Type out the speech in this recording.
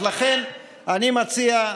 אז לכן אני מציע,